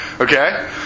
Okay